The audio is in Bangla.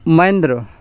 মহীন্দ্রা